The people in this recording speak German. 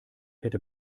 hätte